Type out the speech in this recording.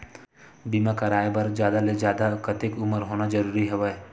बीमा कराय बर जादा ले जादा कतेक उमर होना जरूरी हवय?